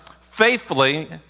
faithfully